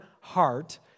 heart